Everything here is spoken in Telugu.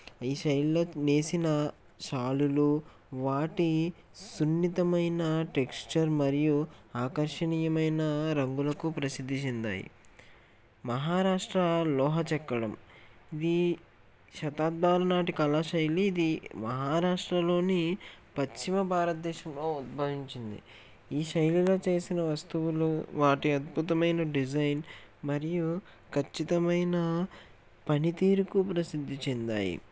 ఈ శైలిలో నేసిన సాల్లులు వాటి సున్నితమైన టెక్స్చర్ మరియు ఆకర్షణీయమైన రంగులకు ప్రసిద్ధి చెందాయి మహారాష్ట్ర లోహ చెక్కడం ఇది శతాబ్దాలనాటి కళాశైలి ఇది మహారాష్ట్రలోని పశ్చిమ భారతదేశంలో ఉద్భవించింది ఈ శైలిలో చేసిన వస్తువులు వాటి అద్భుతమైన డిజైన్ మరియు ఖచ్చితమైన పనితీరుకు ప్రసిద్ధి చెందాయి